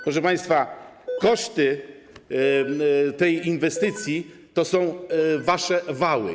Proszę państwa, koszty tej inwestycji to są wasze wały.